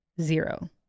zero